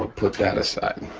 put that aside.